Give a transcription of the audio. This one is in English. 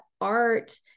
art